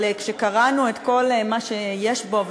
אבל כשקראנו את כל מה שיש בו,